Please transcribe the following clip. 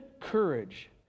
courage